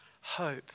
hope